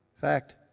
fact